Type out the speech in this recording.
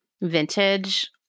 vintage